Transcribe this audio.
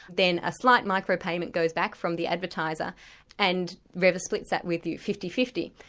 then a slight micro-payment goes back from the advertiser and revver splits that with you, fifty fifty.